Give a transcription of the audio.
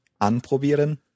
Anprobieren